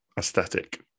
Aesthetic